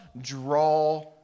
draw